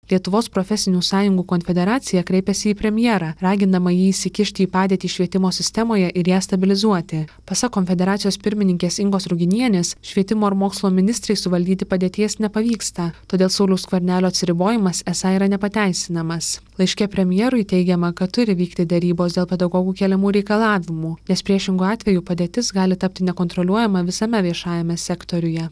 lietuvos profesinių sąjungų konfederacija kreipėsi į premjerą ragindama jį įsikišti į padėtį švietimo sistemoje ir ją stabilizuoti pasak konfederacijos pirmininkės ingos ruginienės švietimo ir mokslo ministrei suvaldyti padėties nepavyksta todėl sauliaus skvernelio atsiribojimas esą yra nepateisinamas laiške premjerui teigiama kad turi vykti derybos dėl pedagogų keliamų reikalavimų nes priešingu atveju padėtis gali tapti nekontroliuojama visame viešajame sektoriuje